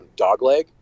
Dogleg